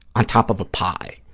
on top of a pie,